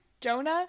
Jonah